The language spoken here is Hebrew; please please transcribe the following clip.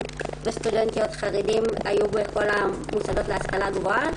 וסטודנטים חרדים היו בכל המוסדות להשכלה גבוהה,